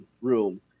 room